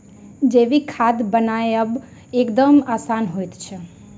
जैविक खाद बनायब एकदम आसान होइत छै